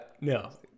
No